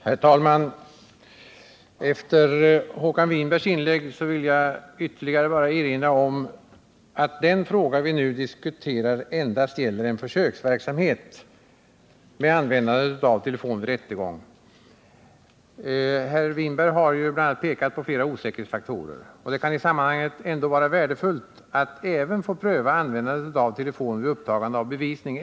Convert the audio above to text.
Herr talman! Efter Håkan Winbergs inlägg vill jag bara ytterligare erinra om att den fråga vi nu diskuterar gäller endast en försöksverksamhet med användande av telefon vid rättegång. Håkan Winberg har bl.a. pekat på flera osäkerhetsfaktorer, men det kan i sammanhanget ändå vara värdefullt att också få pröva användandet av telefon vid upptagande av bevisning.